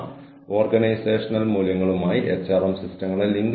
അതിനാൽ അതാണ് organisational human capital